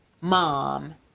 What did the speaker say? mom